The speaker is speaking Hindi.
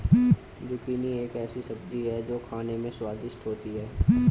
जुकिनी एक ऐसी सब्जी है जो खाने में स्वादिष्ट होती है